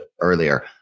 earlier